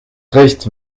recht